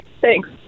Thanks